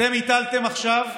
אתם הטלתם עכשיו,